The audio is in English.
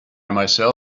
myself